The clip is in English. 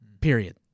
period